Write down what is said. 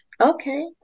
Okay